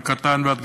מקטן ועד גדול,